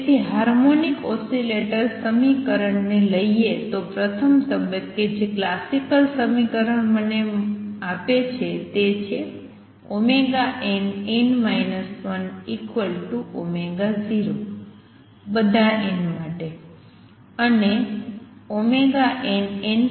તેથી harmonic oscillator સમીકરણને લઈએ તો પ્રથમ તબક્કે જે ક્લાસિકલ સમીકરણ મને આપે છે તે છે nn 10 બધા n માટે